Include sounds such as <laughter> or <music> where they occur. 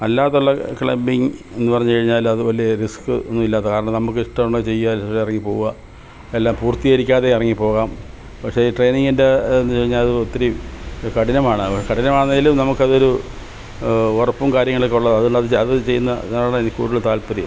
അല്ലാതെയുള്ള ക്ലബിംഗ് പറഞ്ഞു കയിഞ്ഞാൽ അത് വലിയ റിസ്ക് ഒന്നും ഇല്ലാത്ത കാരണം നമുക്ക് ഇഷ്ടമുണ്ടെങ്കിൽ ചെയ്യുക എന്നിട്ട് ഇറങ്ങി പോവുക എല്ലാം പൂർത്തീകരിക്കാതെ ഇറങ്ങി പോകാം പക്ഷേ ട്രെയിനിംഗിൻ്റെ <unintelligible> ഒത്തിരി കഠിനമാണ് കഠിനമാണെങ്കിലും നമുക്ക് അതൊരു ഉറപ്പും കാര്യങ്ങളൊക്കെ ഉള്ളതാണ് അതെന്താണെന്നു വച്ചാൽ അത് ചെയ്യുന്നതാണ് എനിക്ക് കൂടുതൽ താൽപ്പര്യം